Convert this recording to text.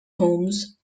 homes